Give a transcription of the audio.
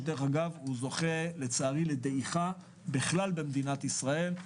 שאגב הוא זוכה לצערי לדעיכה בכלל במדינת ישראל.